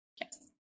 Yes